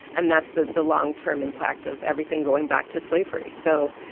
and that's the the long-term impact of everything going back to slavery. so,